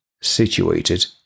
Situated